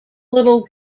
little